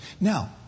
Now